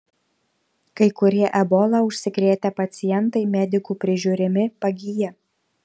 kai kurie ebola užsikrėtę pacientai medikų prižiūrimi pagyja